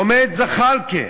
עומד זחאלקה